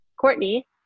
Courtney